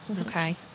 Okay